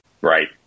Right